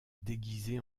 déguisé